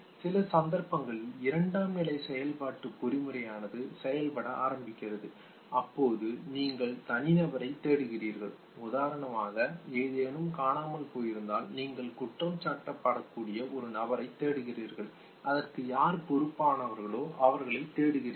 சில சந்தர்ப்பங்களில் இரண்டாம் நிலை செயல்பாட்டு பொறிமுறையானது செயல்பட ஆரம்பிக்கிறது அப்போது நீங்கள் தனிநபரைத் தேடுகிறீர்கள் உதாரணமாக ஏதேனும் காணாமல் போயிருந்தால் நீங்கள் குற்றம் சாட்டப்படக்கூடிய ஒரு நபரைத் தேடுகிறீர்கள் அதற்கு யார் பொறுப்பானவர்களோ அவர்களை தேடுகிறீர்கள்